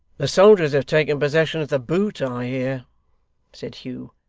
the soldiers have taken possession of the boot, i hear said hugh.